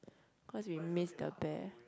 cause you miss the bear